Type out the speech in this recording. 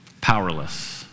Powerless